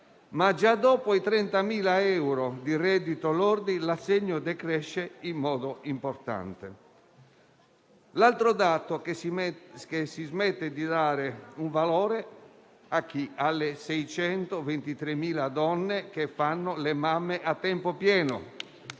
Ma già dopo i 30.000 euro di reddito lordo l'assegno decresce in modo importante. L'altro dato è che si smette di dare un valore alle 623.000 donne che fanno le mamme a tempo pieno